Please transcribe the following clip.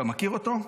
אתה מכיר אותו?